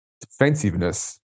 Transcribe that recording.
defensiveness